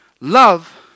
love